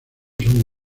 son